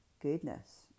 goodness